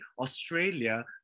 Australia